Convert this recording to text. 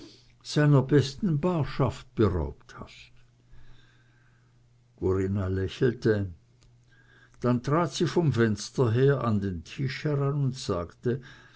seiner besten barschaft beraubt hast corinna lächelte dann trat sie vom fenster her an den tisch heran und sagte